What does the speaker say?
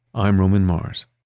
i'm roman mars